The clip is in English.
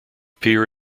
pier